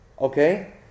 Okay